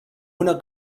una